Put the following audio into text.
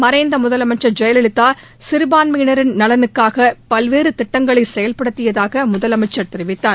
மறைந்த முதலமைச்சர் ஜெயலலிதா சிறுபான்மையினரின் நலனுக்காக பல்வேறு திட்டங்களை செயல்படுத்தியதாக முதலமைச்சர் தெரிவித்தார்